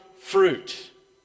fruit